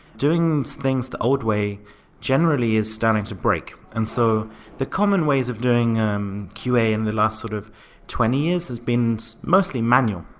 doing things the old way generally is starting to break. and so the common ways of doing um qa in the last sort of twenty years has been mostly manual.